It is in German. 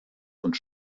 und